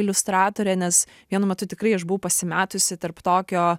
iliustratorė nes vienu metu tikrai aš buvau pasimetusi tarp tokio